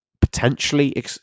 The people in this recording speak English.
potentially